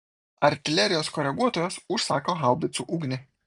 artilerijos koreguotojas užsako haubicų ugnį